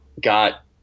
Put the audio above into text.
got